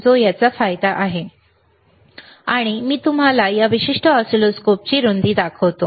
आणि आता मी तुम्हाला या विशिष्ट ऑसिलोस्कोपची रुंदी दाखवतो